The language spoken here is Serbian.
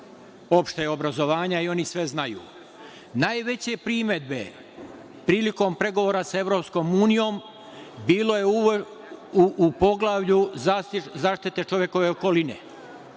opšteg obrazovanja i oni sve znaju. Najveće primedbe prilikom pregovora sa EU bilo je u poglavlju zaštite čovekove okoline.